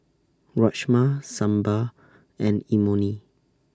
Rajma Sambar and Imoni